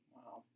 Wow